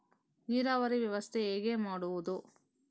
ನೀರಾವರಿ ವ್ಯವಸ್ಥೆ ಹೇಗೆ ಮಾಡುವುದು?